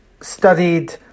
studied